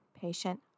patient